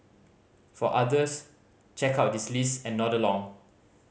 for others check out this list and nod along